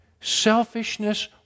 Selfishness